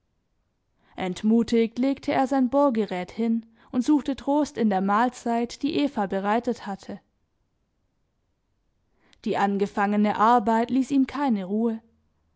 entmutigt legte er sein bohrgerät hin und suchte trost in der mahlzeit die eva bereitet hatte die angefangene arbeit ließ ihm keine ruhe